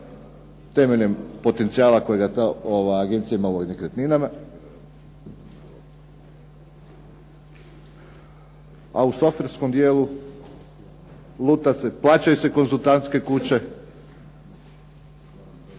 temeljem potencijala kojega ta agencija ima u nekretninama? A u softverskom dijelu, luta se, plaćaju se konzultantske kuće.